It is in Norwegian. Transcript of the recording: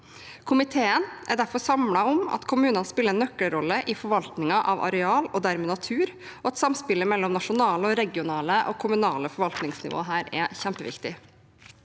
Komiteen er derfor samlet om at kommunene spiller en nøkkelrolle i forvaltningen av areal, og dermed natur, og at samspillet mellom nasjonale, regionale og kommunale forvaltningsnivåer her er kjempeviktig.